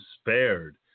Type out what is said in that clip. spared